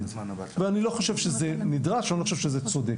ואני לא חושב שזה נדרש או צודק.